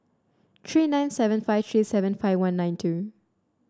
three nine seven five three seven five one nine two